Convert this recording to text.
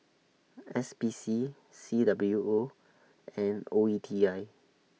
S P C C W O and O E T I